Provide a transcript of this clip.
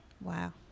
Wow